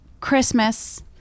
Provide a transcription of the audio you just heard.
Christmas